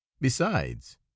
Besides